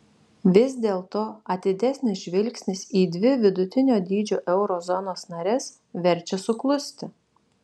vis dėlto atidesnis žvilgsnis į dvi vidutinio dydžio euro zonos nares verčia suklusti